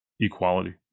equality